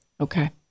Okay